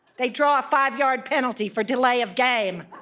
they draw a five-yard penalty for delay of game.